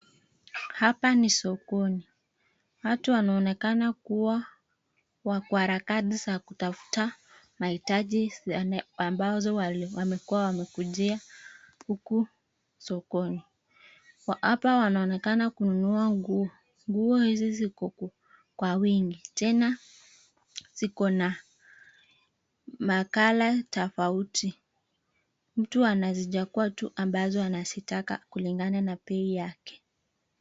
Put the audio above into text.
Hapa ni sokoni. Watu wanaonekana kuwa waharakati za kutafuta mahitaji ambazo wamekuwa wamekuijia huku sokoni. Hapa wanaonekana kununua nguo. Nguo hizi ziko kwa wingi. Tena ziko na color tofauti. Mtu anazichagua tu ambazo anazitaka kulingana na bei yake.